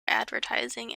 advertising